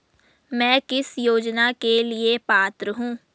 मैं किस योजना के लिए पात्र हूँ?